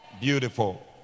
Beautiful